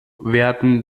werden